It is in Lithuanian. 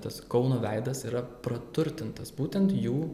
tas kauno veidas yra praturtintas būtent jų